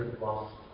lost